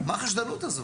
מה החשדנות הזו?